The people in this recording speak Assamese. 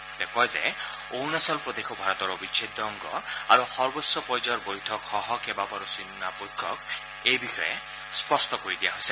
তেওঁ কয় যে অৰুণাচল প্ৰদেশো ভাৰতৰ অবিচ্ছেদ্য অংগ আৰু সৰ্বোচ্চ পৰ্যায়ৰ বৈঠকসহ কেবাবাৰো চীনা পক্ষক এই বিষয়ে স্পষ্ট কৰি দিয়া হৈছে